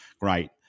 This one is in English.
Great